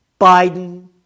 Biden